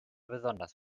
besonders